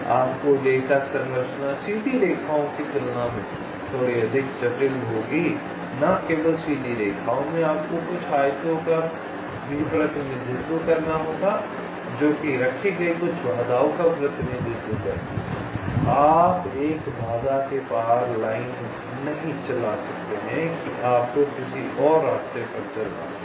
तो आपकी डेटा संरचना सीधी रेखाओं की तुलना में थोड़ी अधिक जटिल होगी न केवल सीधी रेखाओं में आपको कुछ आयतों का भी प्रतिनिधित्व करना होगा जो कि रखी गई कुछ बाधाओं का प्रतिनिधित्व करती हैं आप एक बाधा के पार लाइन नहीं चला सकते हैं कि आपको किसी और रास्ते पर चलना होगा